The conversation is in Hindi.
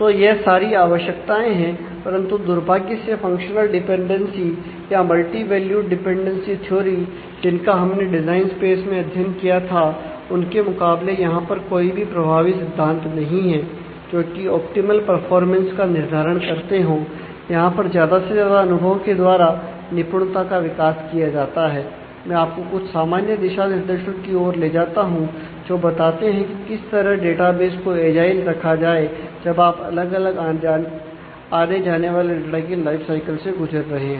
तो यह सारी आवश्यकताएं हैं परंतु दुर्भाग्य से फंक्शनल डिपेंडेंसी से गुजर रहे हैं